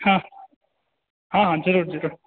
हॅं हॅं हॅं हम जेबै